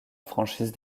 franchise